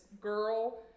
girl